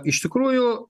iš tikrųjų